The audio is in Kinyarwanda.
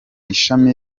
ishami